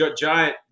giant